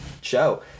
show